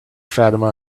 fatima